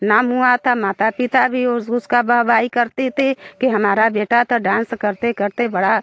नाम हुआ था माता पिता भी उसका वाहवाही करते थे कि हमारा बेटा तो डांस करते करते बड़ा